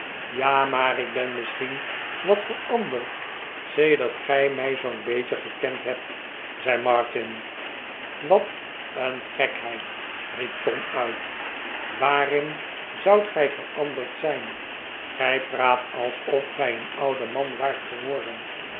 ja maar ik ben misschien wat veranderd sedert gij mij zoo'n beetje gekend hebt zei martin wat een gekheid riep tom uit waarin zoudt gij veranderd zijn gij praat alsof gij een oude man waart geworden